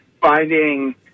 finding